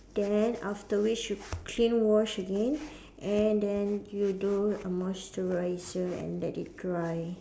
then after which you clean wash again and then you do a moisturiser and let it dry